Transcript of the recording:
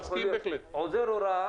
מסכים בהחלט.